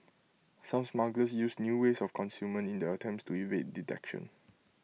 some smugglers used new ways of concealment in their attempts to evade detection